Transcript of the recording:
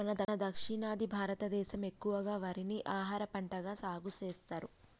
మన దక్షిణాది భారతదేసం ఎక్కువగా వరిని ఆహారపంటగా సాగుసెత్తారు